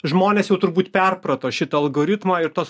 žmonės jau turbūt perprato šitą algoritmą ir tos